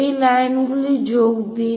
এই লাইনগুলিতে যোগ দিন